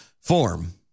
form